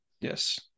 Yes